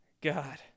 God